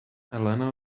elena